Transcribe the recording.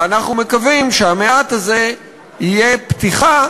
ואנחנו מקווים שהמעט הזה יהיה פתיחה